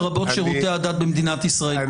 לרבות שירותי הדת במדינת ישראל,